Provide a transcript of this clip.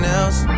else